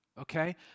okay